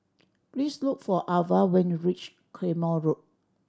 please look for Avah when you reach Claymore Road